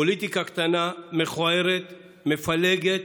פוליטיקה קטנה, מכוערת, מפלגת,